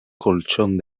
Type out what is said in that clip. colchón